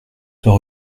soit